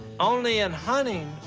only in hunting,